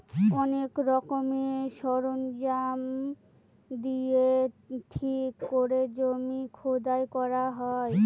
অনেক রকমের সরঞ্জাম দিয়ে ঠিক করে জমি খোদাই করা হয়